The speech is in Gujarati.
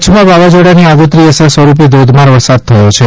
કચ્છમાં વાવાઝોડાની આગોતરી અસર સ્વરૂપે ધોધમાર વરસાદ થયો છે